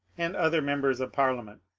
and other members of parliament.